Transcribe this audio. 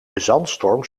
zandstorm